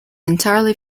entirely